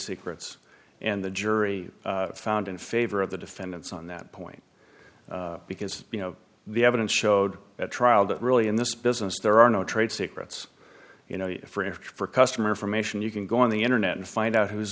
secrets and the jury found in favor of the defendants on that point because you know the evidence showed at trial that really in this business there are no trade secrets you know for him for customer from ation you can go on the internet and find out who's